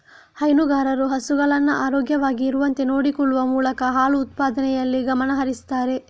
ಹೈನುಗಾರರು ಹಸುಗಳನ್ನ ಆರೋಗ್ಯವಾಗಿ ಇರುವಂತೆ ನೋಡಿಕೊಳ್ಳುವ ಮೂಲಕ ಹಾಲು ಉತ್ಪಾದನೆಯಲ್ಲಿ ಗಮನ ಹರಿಸ್ತಾರೆ